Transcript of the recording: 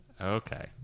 Okay